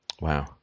Wow